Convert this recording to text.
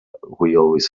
always